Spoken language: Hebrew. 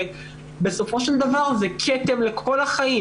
בסופו של דבר זה כתם לכל החיים.